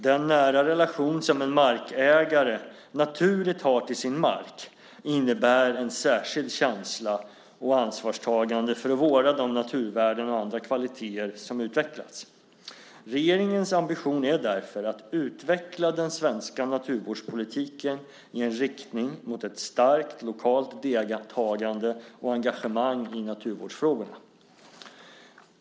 Den nära relation som en markägare naturligt har till sin mark innebär en särskild känsla och ansvarstagande för att vårda de naturvärden och andra kvaliteter som utvecklats. Regeringens ambition är därför att utveckla den svenska naturvårdspolitiken i en riktning mot ett starkt lokalt deltagande och engagemang i naturvårdsfrågorna.